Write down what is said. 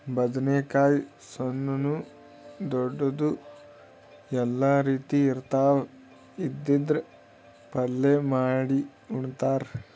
ಬದ್ನೇಕಾಯಿ ಸಣ್ಣು ದೊಡ್ದು ಎಲ್ಲಾ ರೀತಿ ಇರ್ತಾವ್, ಇದ್ರಿಂದ್ ಪಲ್ಯ ಮಾಡಿ ಉಣ್ತಾರ್